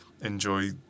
enjoy